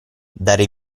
dare